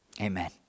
Amen